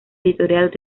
editorial